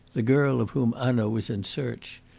the girl of whom hanaud was in search,